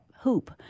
hoop